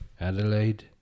Adelaide